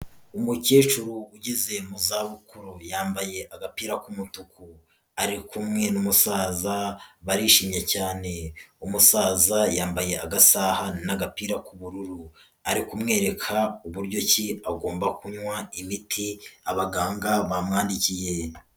Umukecuru ugeze mu zabukuru, yambaye agapira k'umutuku, ari kumwe n'umusaza barishimye cyane, umusaza yambaye agasaha n'agapira k'ubururu, ari kumwereka uburyo ki agomba kunywa imiti abaganga bamwandikiye.